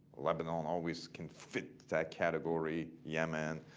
lebanon always can fit that category, yemen,